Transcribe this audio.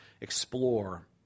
explore